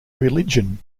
religion